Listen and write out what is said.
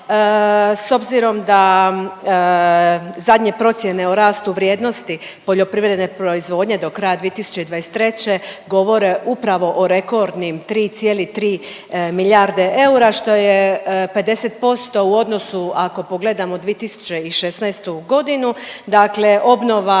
s obzirom da zadnje procjene o rastu vrijednosti poljoprivredne proizvodnje do kraja 2023. govore upravo o rekordnim 3,3 milijarde eura, što je 50% u odnosu ako pogledamo 2016. g., dakle obnova,